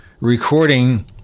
recording